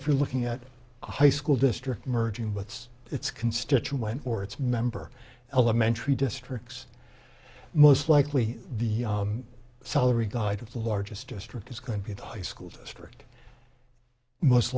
if you're looking at a high school district merging what's its constituent or its member elementary districts most likely the salary guidance the largest district is going to get high school district most